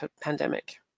pandemic